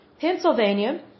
Pennsylvania